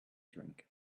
drink